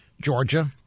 Georgia